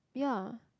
yeah